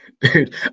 Dude